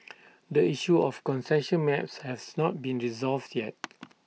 the issue of concession maps has not been resolved yet